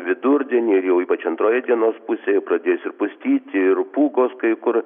vidurdienį ir jau ypač antroje dienos pusėje jau pradės ir pustyti ir pūgos kai kur